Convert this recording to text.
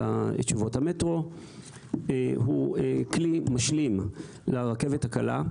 המטרו הוא כלי משלים לרכבת הקלה,